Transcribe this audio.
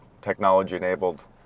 technology-enabled